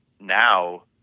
now